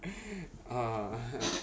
ah